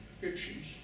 descriptions